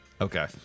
Okay